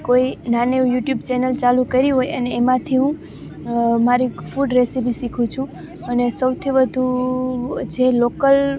કોઈ નાનો YouTube channel ચાલુ કરી હોય અને એમાંથી હું મારી ફૂડ રેસિપી શીખું છું અને સૌથી વધુ જે લોકલ